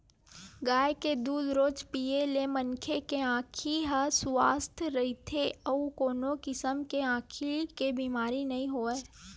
गाय के दूद रोज पीए ले मनखे के आँखी ह सुवस्थ रहिथे अउ कोनो किसम के आँखी के बेमारी नइ होवय